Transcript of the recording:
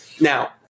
Now